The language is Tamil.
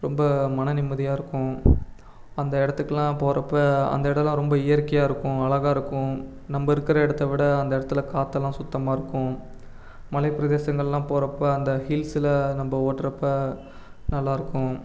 ரொம்ப மன நிம்மதியாக இருக்கும் அந்த இடத்துக்குலாம் போகிறப்ப அந்த இடம்லாம் ரொம்ப இயற்கையாக இருக்கும் அழகாக இருக்கும் நம்ம இருக்கிற இடத்தை விட அந்த இடத்துல காற்றலாம் சுத்தமாக இருக்கும் மலைப்பிரதேசங்களெலாம் போகிறப்ப அந்த ஹீல்ஸில் நம்ம ஓடுறப்ப நல்லாயிருக்கும்